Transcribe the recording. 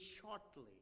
shortly